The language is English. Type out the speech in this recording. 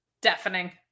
deafening